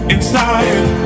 Inside